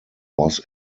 was